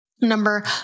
number